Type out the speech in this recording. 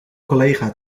collega